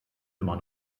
immer